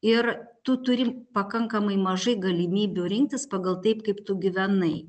ir tu turi pakankamai mažai galimybių rinktis pagal taip kaip tu gyvenai